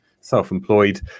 self-employed